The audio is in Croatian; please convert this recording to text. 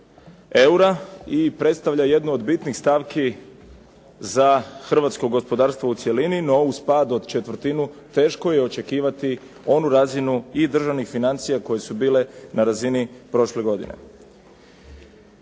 eura i predstavlja jednu od bitnih stavki za Hrvatsko gospodarstvo u cjelini no uz pad od četvrtinu teško je očekivati onu razinu i državnih financija koje su bile na razini prošle godine.